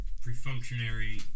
pre-functionary